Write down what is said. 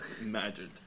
imagined